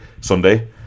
Sunday